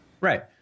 Right